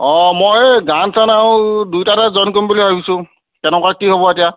অ মই এই গান চান আৰু দুইটাতে জইন কৰিম বুলি ভাবিছোঁ কেনেকুৱা কি হ'ব এতিয়া